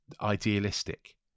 idealistic